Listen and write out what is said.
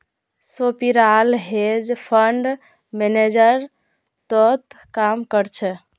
सोपीराल hedge fund manager तोत काम कर छ